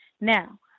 Now